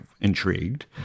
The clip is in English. intrigued